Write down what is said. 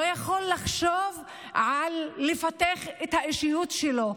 לא יכול לחשוב על לפתח את האישיות שלו,